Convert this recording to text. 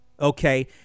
okay